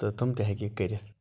تہٕ تِم تہِ ہیٚکہِ یہِ کٔرِتھ